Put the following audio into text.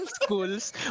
Schools